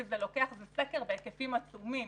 כי זה סקר בהיקפים עצומים.